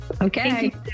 Okay